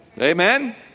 Amen